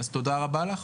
תודה רבה.